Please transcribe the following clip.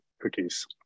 cookies